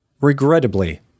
Regrettably